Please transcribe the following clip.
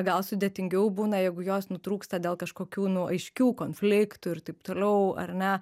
gal sudėtingiau būna jeigu jos nutrūksta dėl kažkokių nu aiškių konfliktų ir taip toliau ar ne